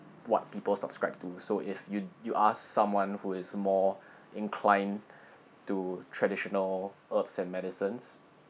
what people subscribe to so if you you ask someone who is more inclined to traditional herbs and medicines